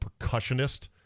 percussionist